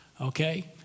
Okay